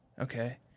Okay